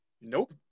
Nope